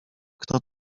kto